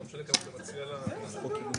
לכן החלטנו להסיר את כל ההסתייגויות